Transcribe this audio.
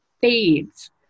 fades